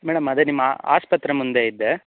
madam ಅದೇ ನಿಮ್ಮ ಆಸ್ಪತ್ರೆ ಮುಂದೆ ಇದ್ದೆ